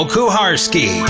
Kuharski